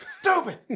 Stupid